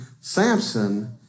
Samson